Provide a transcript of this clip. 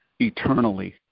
eternally